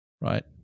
right